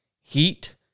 heat